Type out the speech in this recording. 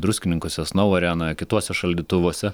druskininkuose snow arenoje kituose šaldytuvuose